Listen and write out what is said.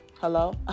Hello